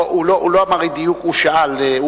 הוא לא אמר אי-דיוק, הוא שאל.